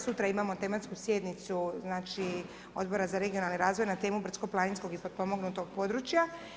Sutra imamo tematsku sjednicu znači Odbora za regionalni razvoj na temu brdsko-planinsko i potpomognutog područja.